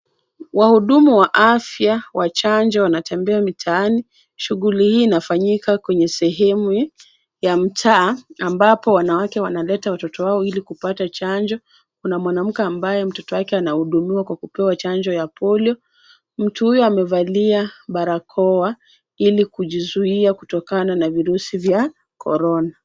Wahudumu wa afya wa Chanjo wanatembea mitaani. Shughuli hii inafanyika kwenye sehemu ya mtaa ambapo wanawake wanaleta watoto wao ili kupata chanjo. Kuna mwanamke ambaye mtoto wake anahudumiwa kwa kupewa chanjo ya polio. Mtu huyo amevalia barakoa ili kujizuia kutokana na virusi vya corona.